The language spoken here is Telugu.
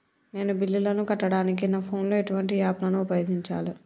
నేను బిల్లులను కట్టడానికి నా ఫోన్ లో ఎటువంటి యాప్ లను ఉపయోగించాలే?